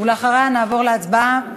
ואחריה נעבור להצבעה.